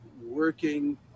working